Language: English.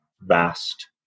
vast